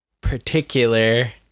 particular